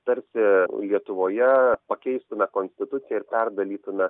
tarsi lietuvoje pakeistume konstituciją ir perdarytume